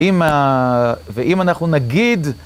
ואם אנחנו נגיד...